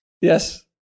Yes